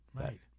Right